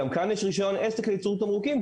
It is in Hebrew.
שגם כאן יש רישיון עסק לייצור תמרוקים.